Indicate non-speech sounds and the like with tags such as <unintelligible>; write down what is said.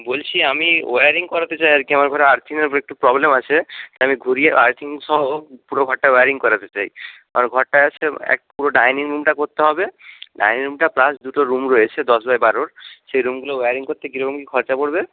বলছি আমি ওয়ারিং করাতে চাই আরকি আমার ঘরে আর্থিংয়ের <unintelligible> একটু প্রবলেম আছে তো আমি ঘুরিয়ে আর্থিং সহ পুরো ঘরটা ওয়ারিং করাতে চাই আমার ঘরটা আছে এক পুরো ডাইনিং রুমটা করতে হবে ডাইনিং রুমটা প্লাস দুটো রুম রয়েছে দশ বাই বারোর সেই রুমগুলো ওয়ারিং করতে কীরকম কী খরচা পড়বে